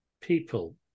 people